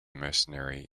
mercenary